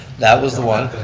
that was the one,